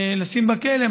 לשים בכלא,